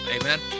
Amen